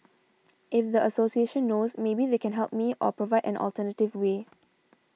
if the association knows maybe they can help me or provide an alternative way